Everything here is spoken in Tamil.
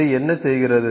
அது என்ன செய்கிறது